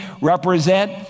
represent